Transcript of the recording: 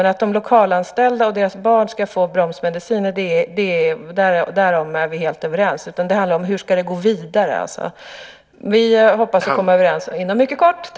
Men vi är helt överens om att de lokalanställda och deras barn ska få bromsmediciner. Det handlar i stället om hur det hela ska gå vidare. Vi hoppas komma överens inom kort.